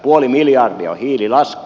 puoli miljardia on hiililasku